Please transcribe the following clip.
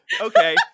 Okay